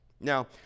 now